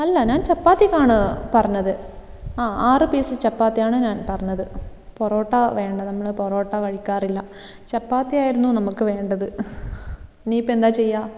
അല്ല ഞാൻ ചപ്പാത്തിക്കാണ് പറഞ്ഞത് ആ ആറ് പീസ് ചപ്പാത്തിയാണ് ആ ഞാൻ പറഞ്ഞത് പൊറോട്ട വേണ്ട നമ്മൾ പൊറോട്ട കഴിക്കാറില്ല ചപ്പാത്തി ആയിരുന്നു നമുക്ക് വേണ്ടത് ഇനിയിപ്പോൾ എന്താ ചെയ്യുക